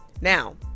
Now